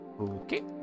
Okay